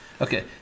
Okay